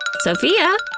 sophia?